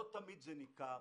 לא תמיד זה ניכר,